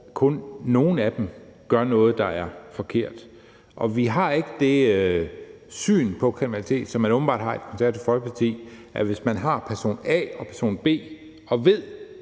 kun nogle af dem gør noget, der er forkert. Og vi har ikke det syn på kriminalitet, som man åbenbart har i Det Konservative Folkeparti, at hvis man har person A og person B og ved,